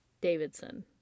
Davidson